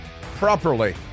properly